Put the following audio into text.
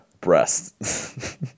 breasts